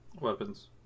weapons